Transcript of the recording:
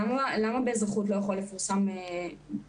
אז למה באזרחות לא יכולים לפרסם את המחוון?